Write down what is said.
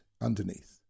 underneath